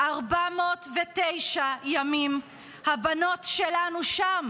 409 ימים הבנות שלנו שם.